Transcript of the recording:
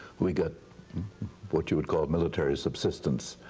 we got what you would call military subsistence.